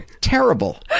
terrible